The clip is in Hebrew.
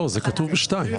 לא, זה כתוב ב-(2).